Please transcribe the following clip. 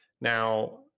Now